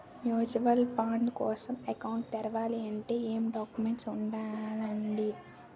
Mutual fund కోసం account తెరవాలంటే ఏమేం డాక్యుమెంట్లు ఉండాలండీ?